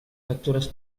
factures